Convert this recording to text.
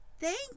thank